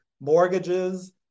Mortgages